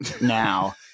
now